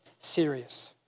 serious